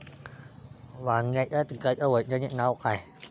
वांग्याच्या पिकाचं वैज्ञानिक नाव का हाये?